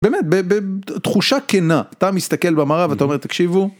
באמת, בתחושה כנה, אתה מסתכל במראה ואתה אומר תקשיבו